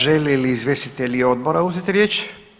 Žele li izvjestitelji odbora uzeti riječ?